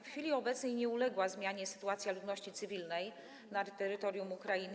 W chwili obecnej nie uległa zmianie sytuacja ludności cywilnej na terytorium Ukrainy.